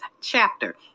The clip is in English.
chapter